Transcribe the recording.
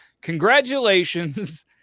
congratulations